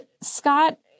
Scott